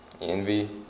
Envy